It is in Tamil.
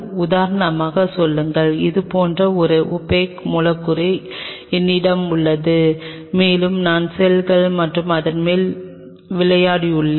உதாரணமாக சொல்லுங்கள் இது போன்ற ஒரு ஒபக் மூலக்கூறு என்னிடம் உள்ளது மேலும் நான் செல்கள் மற்றும் அதன் மேல் விளையாடியுள்ளேன்